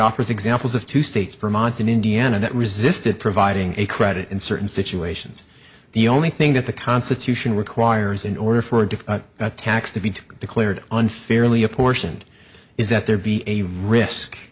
offers examples of two states vermont and indiana that resisted providing a credit in certain situations the only thing that the constitution requires in order for a different tax to be declared unfairly apportioned is that there be a risk